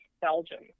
Belgium